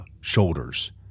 shoulders